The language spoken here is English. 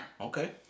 okay